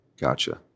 Gotcha